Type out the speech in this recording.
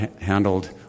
handled